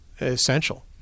essential